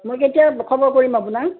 মই কেতিয়া খবৰ কৰিম আপোনাক